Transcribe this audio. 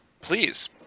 Please